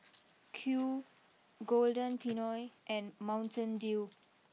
Qoo Golden Peony and Mountain Dew